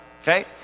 okay